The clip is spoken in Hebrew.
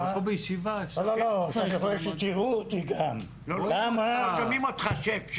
אני רוצה שתראו אותי, כי יש